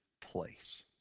place